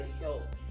help